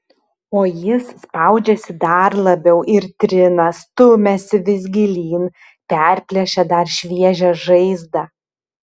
o jis spaudžiasi dar labiau ir trina stumiasi vis gilyn perplėšia dar šviežią žaizdą